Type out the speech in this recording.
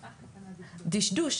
דשדוש,